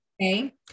Okay